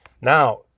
now